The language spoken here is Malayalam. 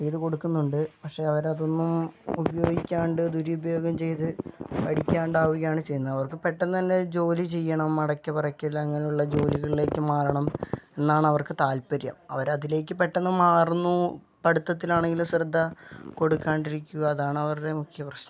ചെയ്ത് കൊടുക്കുന്നുണ്ട് പക്ഷേ അവരതൊന്നും ഉപയോഗിക്കാണ്ട് ദുരുപയോഗം ചെയ്ത് പഠിക്കാണ്ടാവുകയാണ് ചെയ്യുന്നത് അവർക്ക് പെട്ടെന്ന് തന്നെ ജോലി ചെയ്യണം അടക്ക പറിക്കല് അങ്ങനെ ഉള്ള ജോലികളിലേക്ക് മാറണം എന്നാണ് അവർക്ക് താല്പര്യം അവരതിലേക്ക് പെട്ടെന്ന് മാറുന്നു പഠിത്തത്തിലാണെങ്കിലും ശ്രദ്ധ കൊടുക്കാണ്ടിരിക്കുക അതാണ് അവരുടെ മുഖ്യ പ്രശ്നം